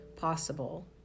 possible